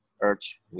urge